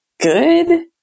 good